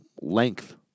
length